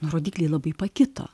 rodikliai labai pakito